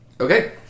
Okay